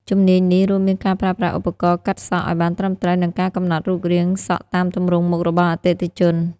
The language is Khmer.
ជំនាញនេះ រួមមានការប្រើប្រាស់ឧបករណ៍កាត់សក់ឱ្យបានត្រឹមត្រូវ និងការកំណត់រូបរាងសក់តាមទម្រង់មុខរបស់អតិថិជន។